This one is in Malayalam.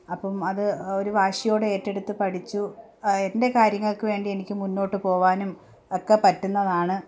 അപ്പം അത് ഒരു വാഷിയോട് ഏറ്റെടുത്ത് പഠിച്ചു എൻ്റെ കാര്യങ്ങൾക്ക് വേണ്ടി എനിക്ക് മുന്നോട്ട് പോകാനും ഒക്കെ പറ്റുന്നതാണ്